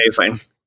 amazing